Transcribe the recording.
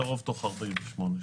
לרוב תוך 48 שעות.